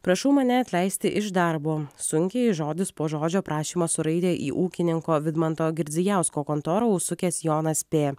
prašau mane atleisti iš darbo sunkiai žodis po žodžio prašymą suraitė į ūkininko vidmanto girdzijausko kontorą užsukęs jonas p